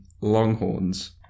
Longhorns